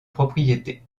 propriété